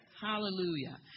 Hallelujah